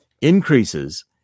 increases